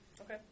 Okay